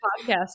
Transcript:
podcast